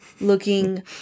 looking